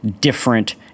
different